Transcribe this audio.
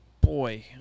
boy